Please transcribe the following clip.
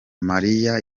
mariya